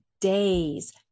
days